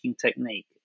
technique